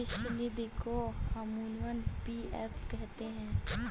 भविष्य निधि को अमूमन पी.एफ कहते हैं